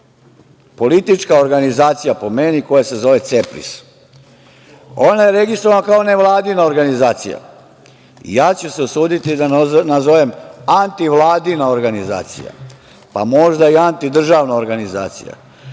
politička organizacija po meni, koja se zove Cepris. Ona je registrovana kao nevladina organizacija i ja ću se usuditi da nazovem, antivladina organizacija, pa možda i antidržavna organizacija. To